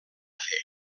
fer